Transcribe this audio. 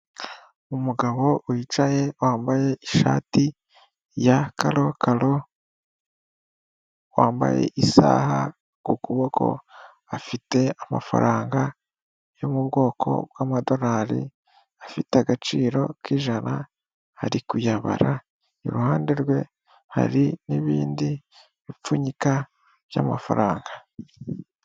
Umugabo wicaye wambaye ishati ya karokaro, wambaye isaha ku kuboko, afite amafaranga yo mu bwoko bw'amadorari, afite agaciro k'ijana, ari kuyabara, iruhande rwe hari n'ibindi bipfunyika by'amafaranga.